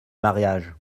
mariage